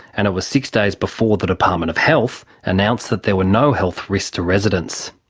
and it was six days before the department of health announced that there were no health risks to residents.